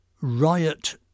Riot